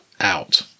out